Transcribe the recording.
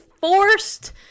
forced